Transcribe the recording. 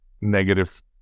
negative